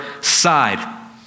side